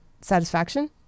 satisfaction